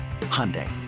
Hyundai